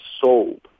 sold